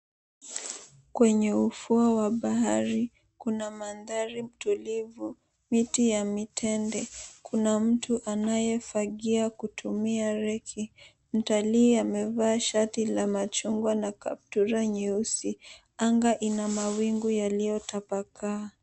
Kwenye ufuo wa bahari kuna mandhari tulivu, miti ya mitende. Kuna mtu anayefagia kutumia reki kuna mtalii ambaye amevalia shati la chungwa na kaptura nyeusi anga ina mawingu yaliyo tapakaa.